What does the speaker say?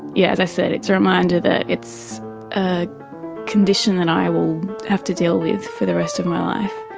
yeah as i said, it's a reminder that it's a condition that i will have to deal with for the rest of my life.